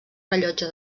rellotge